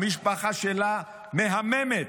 המשפחה שלה מהממת,